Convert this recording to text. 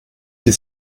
sie